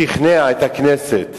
שכנע את הכנסת